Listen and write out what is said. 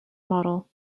model